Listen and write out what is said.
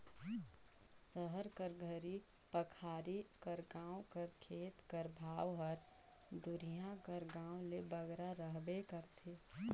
सहर कर घरी पखारी कर गाँव कर खेत कर भाव हर दुरिहां कर गाँव ले बगरा रहबे करथे